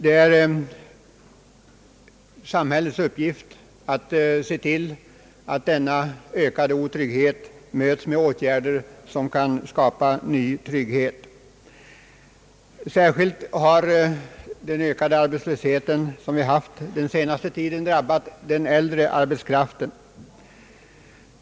Det är samhällets uppgift att se till att denna ökade otrygghet möts med åtgärder som kan skapa ny trygghet. Den ökade arbetslöshet som vi har haft den senaste tiden har särskilt drabbat den äldre arbetskraften.